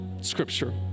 scripture